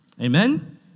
Amen